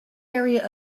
area